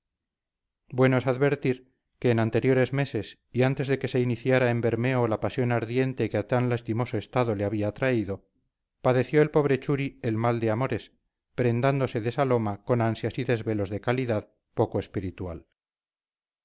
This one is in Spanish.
es advertir que en anteriores meses y antes de que se iniciara en bermeo la pasión ardiente que a tan lastimoso estado le había traído padeció el pobre churi el mal de amores prendándose de saloma con ansias y desvelos de calidad poco espiritual